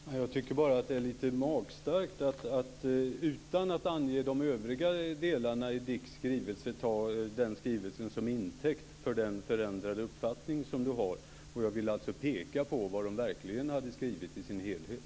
Fru talman! Jag tycker bara att det är lite magstarkt att utan att ange de övriga delarna i DIK:s skrivelse ta skrivelsen som intäkt för Ewa Larssons förändrade uppfattning. Jag ville alltså peka på vad de verkligen har skrivit i sin helhet.